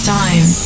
time